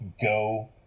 Go